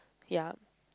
ya